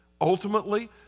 ultimately